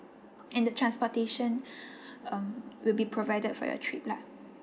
and the transportation um will be provided for your trip lah